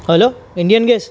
hello Indian gas